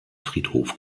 friedhof